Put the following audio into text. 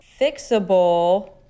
fixable